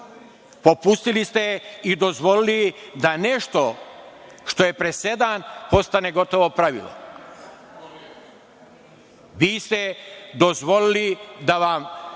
Popustili ste i dozvolili da nešto što je presedan, postane gotovo pravilo. Vi ste dozvolili da vam